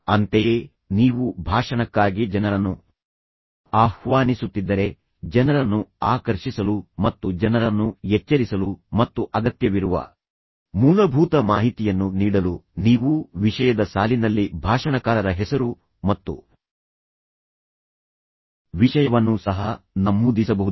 ಅಂತೆಯೇ ನೀವು ಭಾಷಣಕ್ಕಾಗಿ ಜನರನ್ನು ಆಹ್ವಾನಿಸುತ್ತಿದ್ದರೆ ಜನರನ್ನು ಆಕರ್ಷಿಸಲು ಮತ್ತು ಜನರನ್ನು ಎಚ್ಚರಿಸಲು ಮತ್ತು ಅಗತ್ಯವಿರುವ ಮೂಲಭೂತ ಮಾಹಿತಿಯನ್ನು ನೀಡಲು ನೀವು ವಿಷಯದ ಸಾಲಿನಲ್ಲಿ ಭಾಷಣಕಾರರ ಹೆಸರು ಮತ್ತು ವಿಷಯವನ್ನು ಸಹ ನಮೂದಿಸಬಹುದು